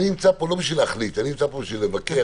אני נמצא כאן לא כדי להחליט אלא כדי לבקר,